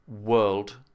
world